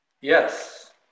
Yes